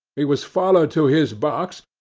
he was followed to his box,